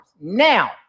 Now